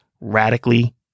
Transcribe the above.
radically